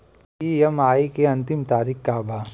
EMI के अंतिम तारीख का बा?